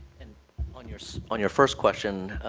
and on your so on your first question,